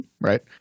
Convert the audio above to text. right